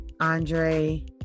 Andre